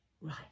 Right